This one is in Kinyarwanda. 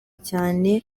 cyane